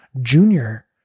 junior